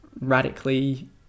radically